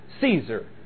Caesar